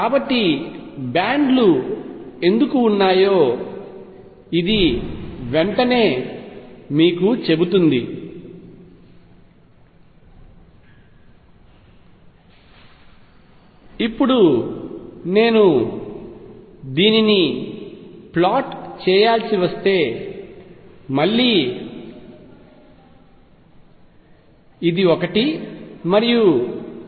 కాబట్టి బ్యాండ్లు ఎందుకు ఉన్నాయో ఇది వెంటనే మీకు చెబుతుంది ఇప్పుడు నేను దీనిని ప్లాట్ చేయాల్సి వస్తే మళ్లీ ఇది 1 మరియు 1